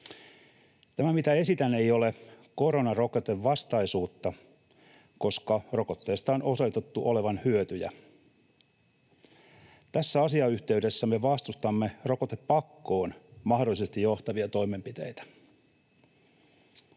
Tämä, mitä esitän, ei ole koronarokotevastaisuutta, koska rokotteesta on osoitettu olevan hyötyjä. Tässä asiayhteydessä me vastustamme rokotepakkoon mahdollisesti johtavia toimenpiteitä.